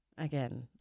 Again